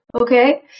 Okay